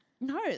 no